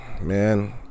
Man